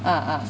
哦